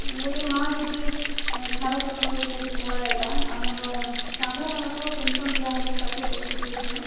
ଗୋଟେ ମା ଯଦି ଛାଡ଼ପତ୍ର ହେଇ ଯଦି ପଳାଇଲା ଆମର ସାଧାରଣତଃ ପେନ୍ସନ୍ ଦିଆହେଲେ ଷାଠିଏ ବର୍ଷରୁ ଉର୍ଦ୍ଧ୍ୱ